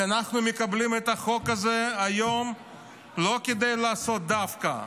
אנחנו מקבלים את החוק הזה היום לא כדי לעשות דווקא.